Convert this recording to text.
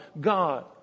God